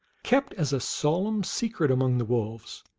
kept as a solemn secret among the wolves,